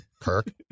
Kirk